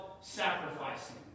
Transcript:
sacrificing